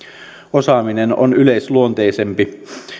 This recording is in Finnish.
osaaminen on yleisluonteisempi